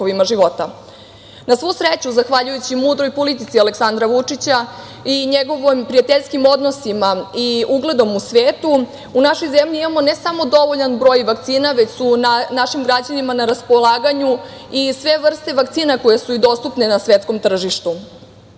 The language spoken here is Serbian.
svu sreću, zahvaljujući mudroj politici Aleksandra Vučića i njegovim prijateljskim odnosima i ugledom u svetu u našoj zemlji imamo ne samo dovoljan broj vakcina, već su našim građanima na raspolaganju i sve vrste vakcina koje su dostupne na svetskom tržištu